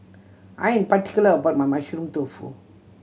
I am particular about my Mushroom Tofu